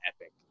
epic